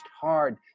hard